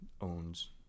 owns